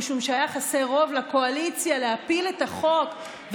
משום שהיה חסר רוב לקואליציה להפיל את החוק.